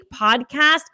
podcast